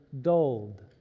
dulled